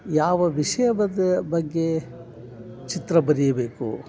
ಯಾವ ವಿಷಯ ಬಗ್ಗೆ ಚಿತ್ರ ಬರೆಯಬೇಕು